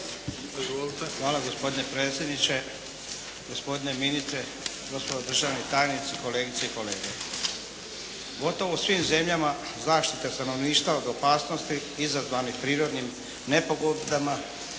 Hvala. Gospodine predsjedniče, gospodine ministre, gospodo državni tajnici, kolegice i kolege. Gotovo u svim zemljama zaštita stanovništva od opasnosti izazvanih prirodnim nepogodama,